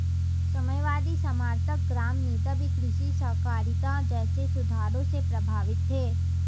साम्यवादी समर्थक ग्राम नेता भी कृषि सहकारिता जैसे सुधारों से प्रभावित थे